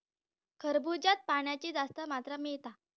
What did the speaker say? खरबूज्यात पाण्याची जास्त मात्रा मिळता